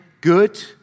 good